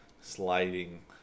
sliding